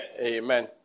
Amen